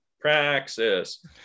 praxis